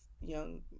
young